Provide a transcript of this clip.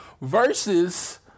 versus